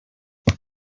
tell